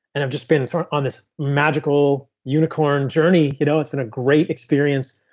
and i've just been sort of on this magical unicorn journey. you know it's been a great experience.